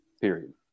Period